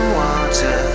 water